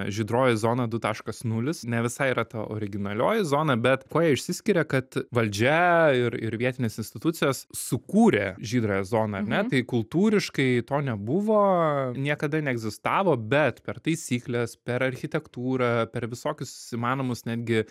žydroji zona du taškas nulis ne visai yra ta originalioji zona bet kuo jie išsiskiria kad valdžia ir ir vietinės institucijos sukūrė žydrąją zoną ar ne tai kultūriškai to nebuvo niekada neegzistavo bet per taisykles per architektūrą per visokius įmanomus netgi